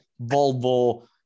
Volvo